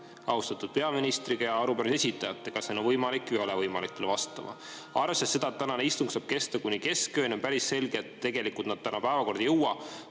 austatud peaministriga ja arupärimise esitajatega, kas on võimalik või ei ole võimalik tulla vastama. Arvestades seda, et tänane istung saab kesta kuni keskööni, on päris selge, et tegelikult nad täna päevakorda ei jõua.